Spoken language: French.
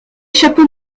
chapeau